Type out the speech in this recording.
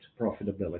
profitability